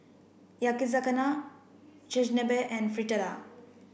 Yakizakana Chigenabe and Fritada